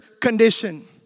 condition